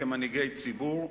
כמנהיגי ציבור,